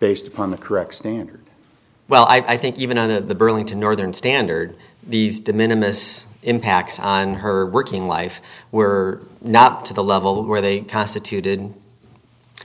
based upon the correct standard well i think even on the burlington northern standard these de minimus impacts on her working life were not to the level where they constituted